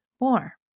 more